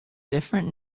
different